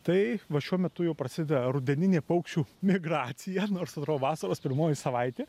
tai va šiuo metu jau prasideda rudeninė paukščių migracija nors atrodo vasaros pirmoji savaitė